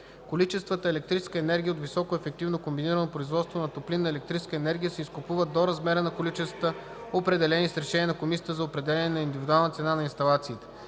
Количествата електрическа енергия от високоефективно комбинирано производство на топлинна и електрическа енергия се изкупуват до размера на количествата, определени с решение на Комисията за определяне на индивидуална цена за инсталациите.